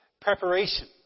preparation